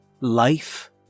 Life